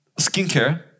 skincare